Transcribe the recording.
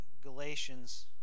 Galatians